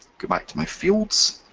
go back to my fields.